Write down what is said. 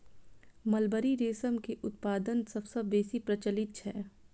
mulberry रेशम के उत्पादन सबसं बेसी प्रचलित छै